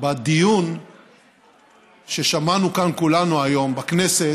בדיון ששמענו כאן כולנו היום בכנסת,